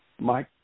Mike